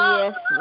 yes